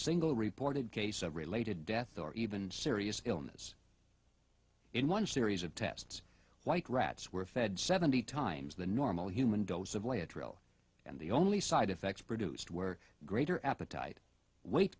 single reported case of related death or even serious illness in one series of tests white rats were fed seventy times the normal human dose of lay a trail and the only side effects produced were greater appetite weight